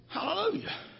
Hallelujah